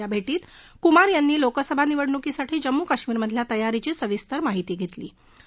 या भर्षीत कुमार यांनी लोकसभा निवडणुकीसाठी जम्मू काश्मीरमधल्या तयारीची सविस्तर माहिती घस्तिी